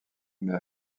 mais